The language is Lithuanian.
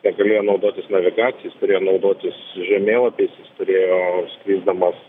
negalėjo naudotis navigacija jis turėjo naudotis žemėlapiais jis turėjo skrisdamas